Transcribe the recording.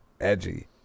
Edgy